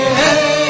hey